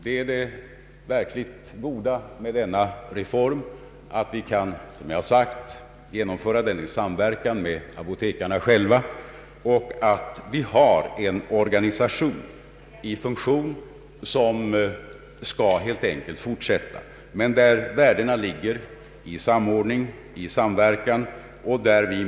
Det värdefulla med denna reform är att vi kan, som jag redan har sagt, genomföra den i samverkan med apotekarna själva och att vi har en fungerande organisation som skall fortsätta. Värdena i denna reform ligger bl.a. i samordning och samverkan.